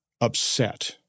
upset